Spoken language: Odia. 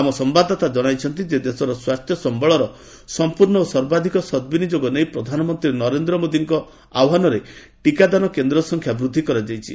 ଆମ ସମ୍ଭାଦଦାତା ଜଣାଇଛନ୍ତି ଯେ ଦେଶର ସ୍ୱାସ୍ଥ୍ୟ ସମ୍ଭଳର ସମ୍ପୂର୍ଣ୍ଣ ଓ ସର୍ବାଧିକ ସଦ୍ବିନିଯୋଗ ନେଇ ପ୍ରଧାନମନ୍ତ୍ରୀ ନରେନ୍ଦ୍ର ମୋଦିଙ୍କ ଆହ୍ୱାନରେ ଟିକାଦାନ କେନ୍ଦ୍ର ସଂଖ୍ୟା ବୃଦ୍ଧି କରାଯାଇଛି